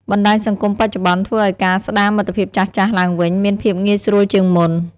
បណ្ដាញសង្គមបច្ចុប្បន្នធ្វើឱ្យការស្ដារមិត្តភាពចាស់ៗឡើងវិញមានភាពងាយស្រួលជាងមុន។